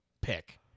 pick